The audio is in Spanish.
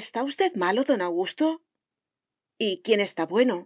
está usted malo don augusto y quién está bueno